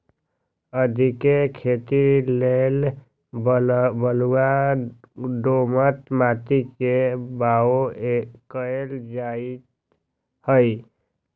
आदीके खेती लेल बलूआ दोमट माटी में बाओ कएल जाइत हई